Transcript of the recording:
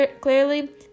Clearly